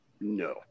no